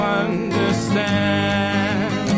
understand